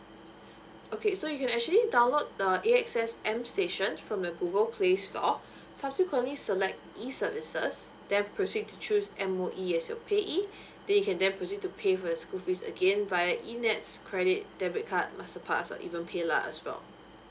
okay so you can actually download the A X S M station from the google play store subsequently select E services then proceed to choose M_O_E as your payee there can the proceed to pay for your school fees again via E nets credit debit card masterpass and even paylah as well